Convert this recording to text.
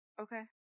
Okay